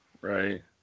right